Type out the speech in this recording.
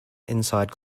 inside